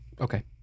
Okay